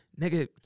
Nigga